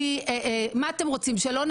החוק שחוקק לא הביא איתו תקינה של כוח אדם.